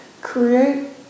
create